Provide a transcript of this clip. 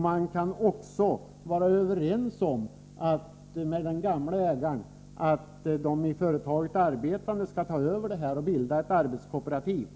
Man kan också vara överens med den gamle ägaren om att de i företaget arbetande skall ta över företaget och bilda ett arbetskooperativ.